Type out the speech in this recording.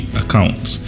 accounts